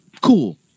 Cool